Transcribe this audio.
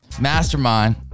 mastermind